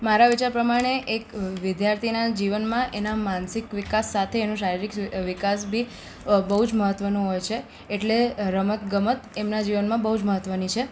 મારા વિચાર પ્રમાણે એક વિદ્યાર્થીનાં જીવનમાં એના માનસિક વિકાસ સાથે એનું શારીરિક વિકાસ બી બહુ જ મહત્ત્વનો હોય છે એટલે અ રમત ગમત એમનાં જીવનમાં બહુ જ મહત્ત્વની છે